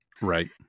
Right